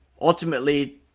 Ultimately